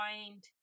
find